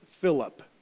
Philip